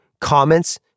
comments